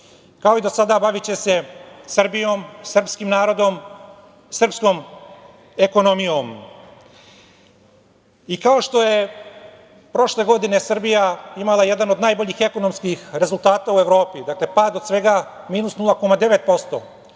Kao i do sada, baviće se Srbijom, srpskim narodom, srpskom ekonomijom. Kao što je prošle godine Srbija imala jedan od najboljih ekonomskih rezultata u Evropi, dakle pad od svega minus 0,9%,